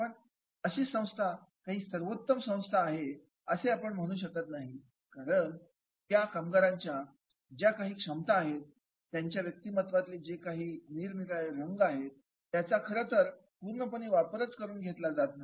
पण अशी संस्था हे काही सर्वोत्तम संस्था आहे असे आपण म्हणू शकत नाही कारण त्या कामगाराच्या ज्या काही क्षमता आहेत त्याच्या व्यक्तिमत्त्वातले जे काही निराळे रंग आहेत त्याचा खरंतर पूर्णपणे वापरच करून घेतला जात नाही